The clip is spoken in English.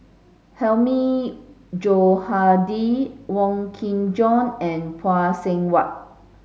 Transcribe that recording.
Hilmi Johandi Wong Kin Jong and Phay Seng Whatt